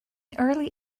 early